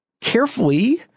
carefully